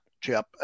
Chip